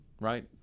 right